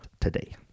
today